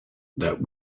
that